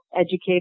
educate